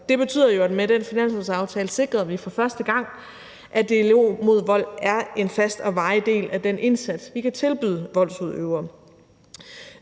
Det betyder jo, at vi med den finanslovsaftale for første gang sikrede, at Dialog mod Vold er en fast og varig del af den indsats, vi kan tilbyde voldsudøvere.